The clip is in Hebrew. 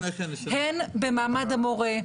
הן במעמד המורה,